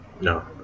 No